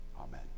Amen